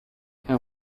herr